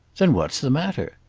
then what's the matter?